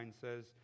says